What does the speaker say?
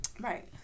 right